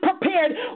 prepared